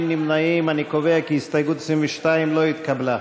כי הסתייגות 22 לא התקבלה.